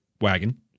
wagon